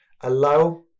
allow